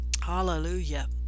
hallelujah